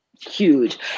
huge